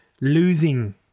losing